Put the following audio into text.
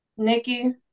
Nikki